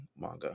manga